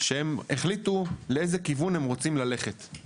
שהם החליטו לאיזה כיוון הם רוצים ללכת.